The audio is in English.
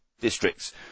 districts